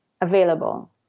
available